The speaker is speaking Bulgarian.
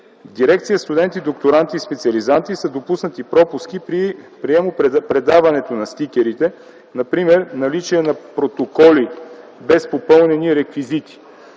Дирекция „Студенти, докторанти и специализанти” са допуснати пропуски при приемо-предаването на стикерите, например наличие на протоколи без попълнени реквизити.